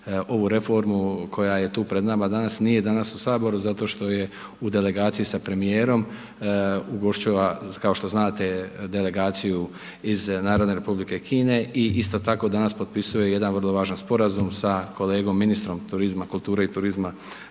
ovu reformu koja je tu pred nama danas, nije danas u HS zato što je u delegaciji sa premijerom, ugošćava, kao što znate, delegaciju iz NR Kine i isto tako danas potpisuje jedan vrlo važan sporazum sa kolegom ministrom turizma kulture i turizma